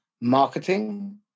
marketing